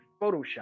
Photoshop